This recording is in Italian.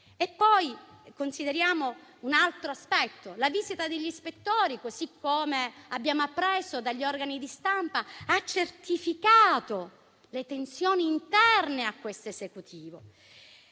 sfida. Consideriamo poi un altro aspetto. La visita degli ispettori - come abbiamo appreso dagli organi di stampa - ha certificato le tensioni interne a queste Esecutivo: